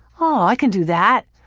ah i can do that.